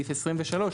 23,